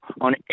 on